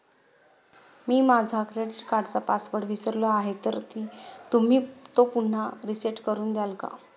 मी माझा क्रेडिट कार्डचा पासवर्ड विसरलो आहे तर तुम्ही तो पुन्हा रीसेट करून द्याल का?